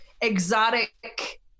exotic